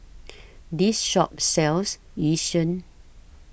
This Shop sells Yu Sheng